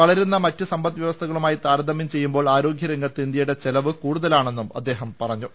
വളരുന്ന മറ്റ് സമ്പ ദ്വ്യവസ്ഥകളുമായി താരതമ്യം ചെയ്യുമ്പോൾ ആരോഗ്യർംഗത്ത് ഇന്ത്യയുടെ ചിലവ് കൂടുതലാണെന്നും അദ്ദേഹം പറഞ്ഞു